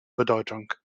bedeutung